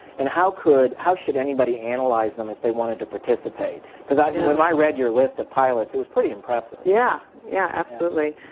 and how could, how should anybody analyze them if they wanted to participate? because when yeah and i read your list of pilots, it was pretty impressive? yeah, yeah, absolutely.